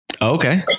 okay